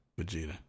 Vegeta